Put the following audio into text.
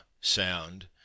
sound